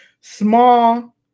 small